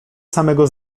samego